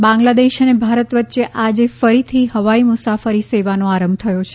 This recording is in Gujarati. એર બબલ બાંગ્લાદેશ અને ભારત વચ્ચે આજે ફરીથી હવાઇ મુસાફરી સેવાનો આરંભ થયો છે